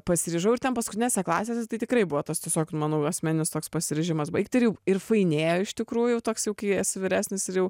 pasiryžau ir ten paskutinėse klasėse tai tikrai buvo tos tiesiog mano toks asmeninis toks pasiryžimas baigti ir jau ir fainėjo iš tikrųjų toks juk jei esi vyresnis ir jau